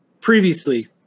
previously